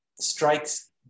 strikes